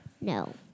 No